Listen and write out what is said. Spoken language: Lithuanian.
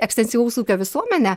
ekstensyvaus ūkio visuomenę